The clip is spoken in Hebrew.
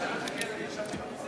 אני, אדוני, ישבתי בכיסא,